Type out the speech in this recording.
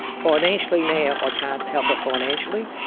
financially now, i can't help her financially,